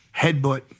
Headbutt